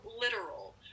literal